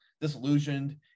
disillusioned